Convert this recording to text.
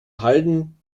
halden